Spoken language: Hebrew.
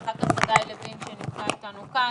ואחר כך חגי לוין שנמצא איתנו כאן.